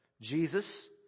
Jesus